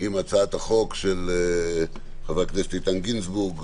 עם הצעת החוק של חברי הכנסת איתן גינזבורג,